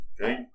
Okay